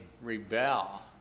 rebel